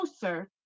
closer